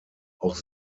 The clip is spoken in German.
auch